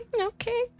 Okay